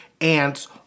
Ants